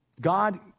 God